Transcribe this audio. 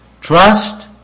Trust